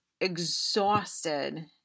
exhausted